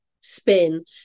spin